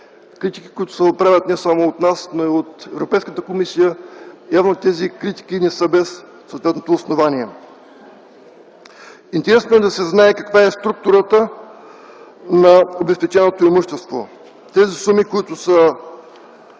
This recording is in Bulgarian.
критики, които се отправят не само от нас, но и от Европейската комисия, не са без съответното основание. Интересно е да се знае каква е структурата на обезпеченото имущество. Тези суми, които са